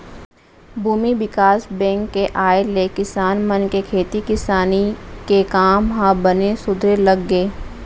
भूमि बिकास बेंक के आय ले किसान मन के खेती किसानी के काम ह बने सुधरे लग गे